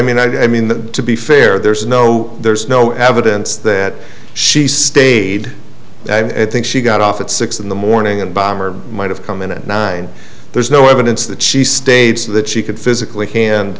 mean i mean that to be fair there's no there's no evidence that she stayed and i think she got off at six in the morning and balmer might have come in at nine there's no evidence that she states that she could physically han